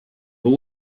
but